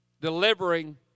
Delivering